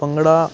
ਭੰਗੜੇ